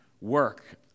work